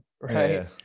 Right